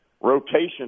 rotation